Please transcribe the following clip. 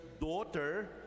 daughter